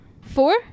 Four